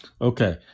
Okay